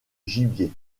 gibier